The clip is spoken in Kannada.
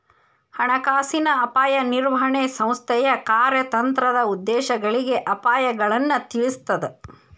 ಹಣಕಾಸಿನ ಅಪಾಯ ನಿರ್ವಹಣೆ ಸಂಸ್ಥೆಯ ಕಾರ್ಯತಂತ್ರದ ಉದ್ದೇಶಗಳಿಗೆ ಅಪಾಯಗಳನ್ನ ತಿಳಿಸ್ತದ